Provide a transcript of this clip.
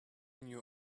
knew